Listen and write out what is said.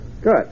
Good